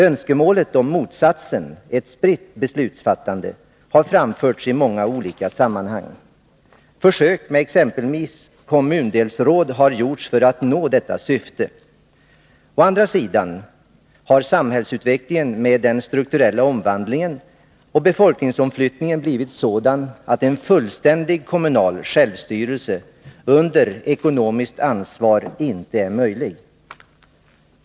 Önskemålet om motsatsen, ett spritt beslutsfattande, har framförts i många olika sammanhang. Försök med exempelvis kommundelsråd har gjorts för att nå detta syfte. Å andra sidan har samhällsutvecklingen med den strukturella omvandlingen och befolkningsomflyttningen blivit sådan att en fullständig kommunal självstyrelse under ekonomiskt ansvar inte är möjlig.